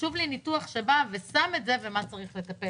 חשוב לי לראות ניתוח שמניח את זה ואומר במה צריך לטפל.